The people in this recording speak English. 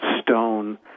stone